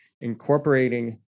incorporating